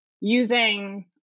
using